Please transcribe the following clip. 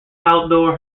outdoor